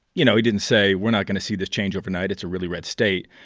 you know, he didn't say we're not going to see this change overnight. it's a really red state.